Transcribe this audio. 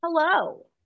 Hello